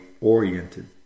oriented